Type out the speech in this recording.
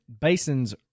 Basin's